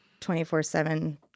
24-7